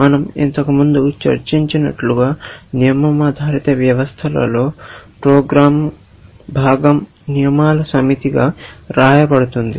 మనం ఇంతకుముందు చర్చించినట్లుగా నియమం ఆధారిత వ్యవస్థలో ప్రోగ్రామ్ భాగం నియమాల సమితిగా వ్రాయబడుతుంది